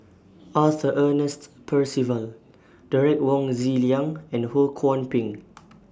Arthur Ernest Percival Derek Wong Zi Liang and Ho Kwon Ping